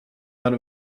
out